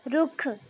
ਰੁੱਖ